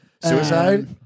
Suicide